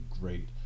great